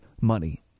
money